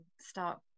start